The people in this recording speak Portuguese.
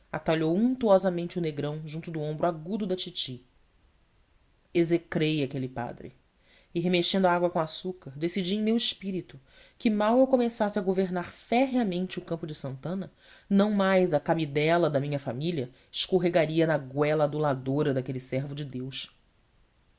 atalhou untuosamente o negrão junto do ombro agudo da titi execrei aquele padre e remexendo a água com açúcar decidi em meu espírito que mal eu começasse a governar ferreamente o campo de santana não mais a cabidela da minha família escorregaria na goela aduladora daquele servo de deus